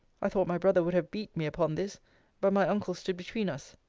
i thought my brother would have beat me upon this but my uncle stood between us.